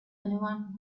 anyone